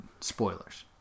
Spoilers